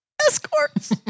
Escorts